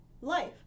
life